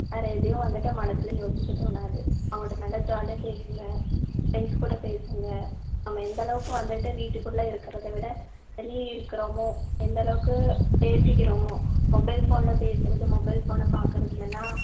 வேற எதையும் வந்துட்டு மனசில் யோசிக்க தோணாது அவங்கள்ட நல்லா ஜாலியாக பேசுங்கள் ஃப்ரெண்ட்ஸ் கூட பேசுங்கள் நம்ம எந்த அளவுக்கு வந்துட்டு வீட்டுக்குள்ள இருக்கிறத விட வெளியே இருக்குறோமோ எந்த அளவுக்கு பேசிக்கிறோமோ மொபைல் ஃபோன்ல பேசுகிறது மொபைல் ஃபோனை பார்க்கறதுலலாம்